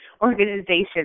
organization